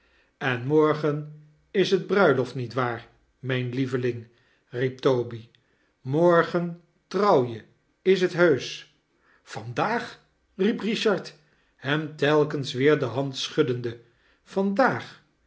en morgen is t bruiloft nietwaar mijn lieveling riep toby morgen trouw je is t heusch vandaag riep richard hem telkens weer de hand schuddende yandaag